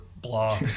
blah